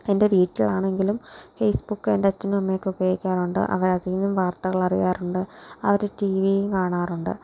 എൻ്റെ വീട്ടിൽ ആണെങ്കിലും ഫേസ്ബുക്ക് എൻ്റെ അച്ഛനും അമ്മയും ഒക്കെ ഉപയോഗിക്കാറുണ്ട് അവർ അതിനിന്നും വാർത്തകൾ അറിയാറുണ്ട് അവർ ടി വിയും കാണാറുണ്ട്